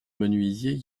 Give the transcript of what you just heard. menuisier